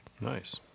Nice